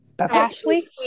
Ashley